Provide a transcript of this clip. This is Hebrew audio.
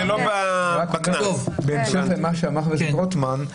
בהמשך למה שאמר חבר הכנסת רוטמן,